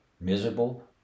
miserable